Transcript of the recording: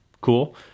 Cool